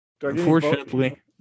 Unfortunately